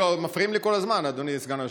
מפריעים לי כל הזמן, אדוני סגן היושב-ראש.